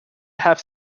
half